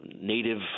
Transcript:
native